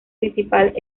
principal